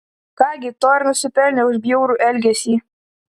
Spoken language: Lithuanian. ką gi to ir nusipelnė už bjaurų elgesį